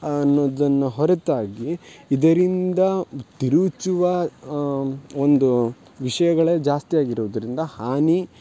ಅನ್ನೋದನ್ನು ಹೊರತಾಗಿ ಇದರಿಂದ ತಿರುಚುವ ಒಂದು ವಿಷಯಗಳೇ ಜಾಸ್ತಿ ಆಗಿರುದರಿಂದ ಹಾನಿ